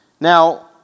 Now